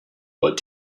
what